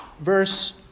verse